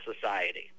society